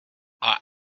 are